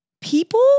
people